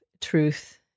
truth